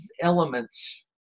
elements